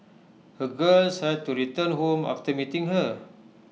her girls had to return home after meeting her